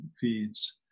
feeds